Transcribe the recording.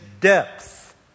depth